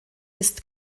ist